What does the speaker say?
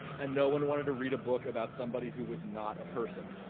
and no one wanted to read a book about somebody who was not a person.